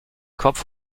kopf